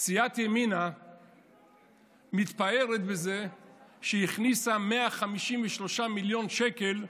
סיעת ימינה מתפארת בזה שהיא הכניסה 153 מיליון שקלים קואליציוניים,